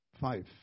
five